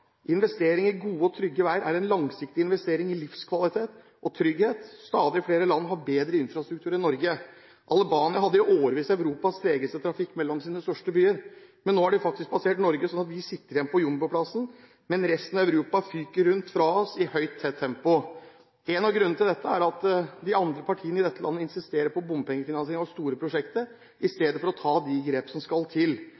investering i livskvalitet og trygghet. Stadig flere land har bedre infrastruktur enn Norge. Albania hadde i årevis Europas tregeste trafikk mellom sine største byer, men nå har de faktisk passert Norge, slik at vi sitter igjen på jumboplass mens resten av Europa fyker fra oss i høyt tempo. En av grunnene til dette er at de andre partiene i dette landet insisterer på bompengefinansiering av store prosjekter, i